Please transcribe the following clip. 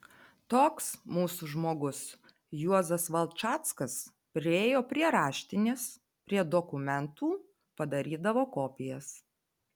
toks mūsų žmogus juozas valčackas priėjo prie raštinės prie dokumentų padarydavo kopijas